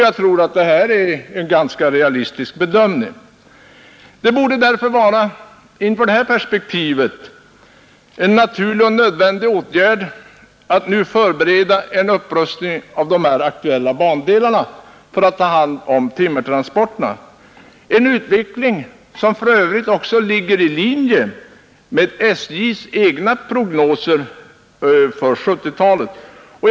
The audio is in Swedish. Jag tror att det är en ganska realistisk bedömning. Det borde därför inför detta perspektiv vara en naturlig och nödvändig åtgärd att nu förbereda en upprustning av de aktuella bandelarna för att ta hand om timmertransporterna, en utveckling som för övrigt också ligger i linje med SJ:s egna prognoser för 1970-talet.